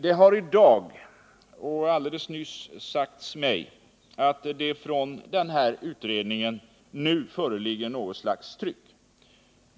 Det har i dag, alldeles nyss, sagts mig att det från utredningen nu föreligger något slags tryck.